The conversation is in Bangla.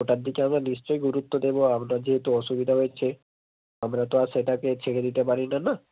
ওটার দিকে আমরা নিশ্চয়ই গুরুত্ব দেবো আপনার যেহেতু অসুবিধা হয়েছে আমরা তো আর সেটাকে ছেড়ে দিতে পারি না না